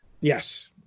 yes